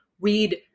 read